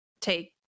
take